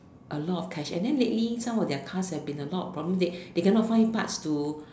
a lot of cash and then lately some of their cars have been a lot of problem they they cannot find part to